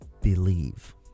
believe